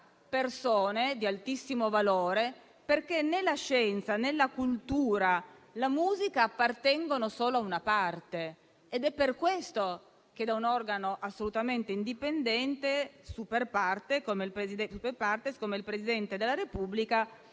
persone di altissimo valore, perché né la scienza, né la cultura, né la musica appartengono solo a una parte. È per questo che vengono nominati da un organo assolutamente indipendente, *super partes*, come il Presidente della Repubblica.